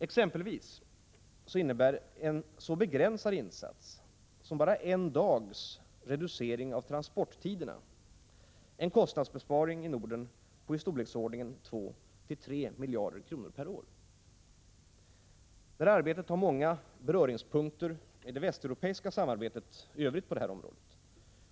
Exempelvis innebär en så begränsad insats som bara en dags reducering av transporttiderna en kostnadsbesparing i Norden på i storleksordningen 2-3 miljarder kronor per år. Detta arbete har många beröringspunkter med det västeuropeiska samarbetet i övrigt på detta område.